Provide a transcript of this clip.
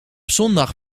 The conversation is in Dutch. zondag